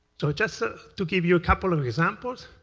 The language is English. so just to give you a couple and examples,